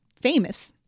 famous